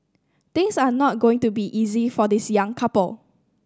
things are not going to be easy for this young couple